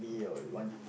you'll want